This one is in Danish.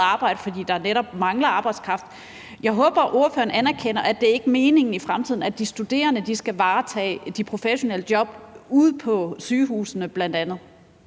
arbejde, fordi der netop mangler arbejdskraft. Jeg håber, at ordføreren anerkender, at det ikke er meningen i fremtiden, at de studerende skal varetage de professionelles job, bl.a. ude på sygehusene. Kl.